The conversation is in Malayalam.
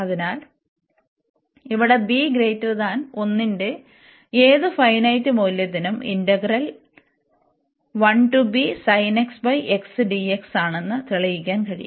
അതിനാൽ ഇവിടെ b 1 ന്റെ ഏത് ഫൈനെറ്റ് മൂല്യത്തിനും ഇന്റഗ്രൽ ആണെന്ന് തെളിയിക്കാൻ കഴിയും